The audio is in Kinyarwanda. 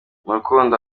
rukundo